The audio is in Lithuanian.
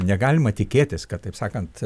negalima tikėtis kad taip sakant